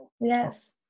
Yes